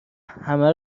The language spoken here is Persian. همه